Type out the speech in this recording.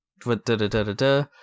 da-da-da-da-da